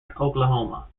oklahoma